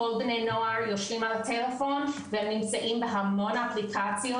כל בני נוער יושבים על הטלפון והם נמצאים בהמון אפליקציות